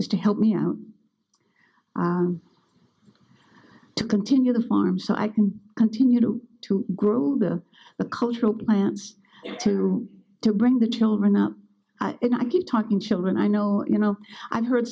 is to help me out to continue the farm so i can continue to grow the cultural plans to bring the children up and i keep talking to children i know you know i heard